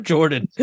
Jordan